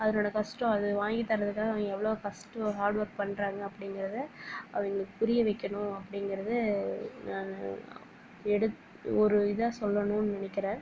அதனோட கஷ்டம் அது வாங்கித்தரத்துக்காக அவங்க எவ்வளோ கஷ்டம் ஹார்டு ஒர்க் பண்ணுறாங்க அப்படிங்கிறத அவங்களுக்கு புரிய வைக்கணும் அப்படிங்கிறது எடுத்து ஒரு இதாக சொல்லணும்னு நெனைக்கிறேன்